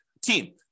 team